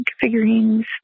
figurines